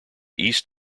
east